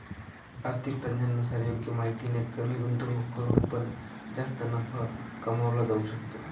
आर्थिक तज्ञांनुसार योग्य माहितीने कमी गुंतवणूक करून पण जास्त नफा कमवला जाऊ शकतो